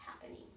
happening